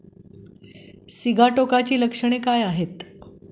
सिगाटोकाची लक्षणे काय आहेत?